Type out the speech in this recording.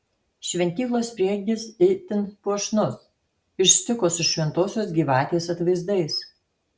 šventyklos prieangis itin puošnus iš stiuko su šventosios gyvatės atvaizdais